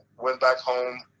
went back home